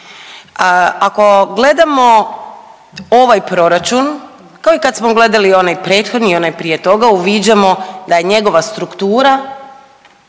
Ako gledamo ovaj proračun kao i kad smo gledali i onaj prethodni i onaj prije toga uviđamo da je njegova struktura